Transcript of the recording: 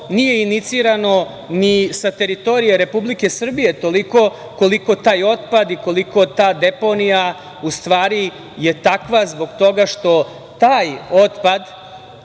nije inicirano ni sa teritorije Republike Srbije toliko koliko taj otpad i koliko ta deponija u stvari je takva zbog toga što taj otpad